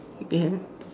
ya